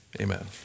Amen